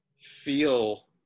feel